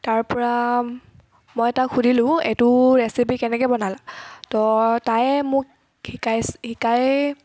তাৰপৰা মই তাক সুধিলো এইটো ৰেচিপি কেনেকৈ বনালা ত তায়ে মোক শিকাইছি শিকাই